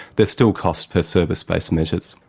they're still cost-per-service based measures.